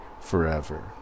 forever